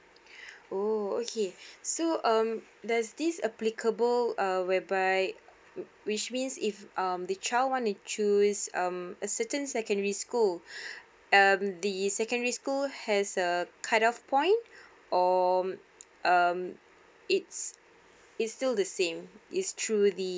oh okay so um there's this applicable whereby which means if um the child want to choose a certain secondary school um the secondary school has a cut off point or um it's it's still the same it's through the